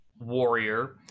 warrior